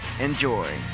enjoy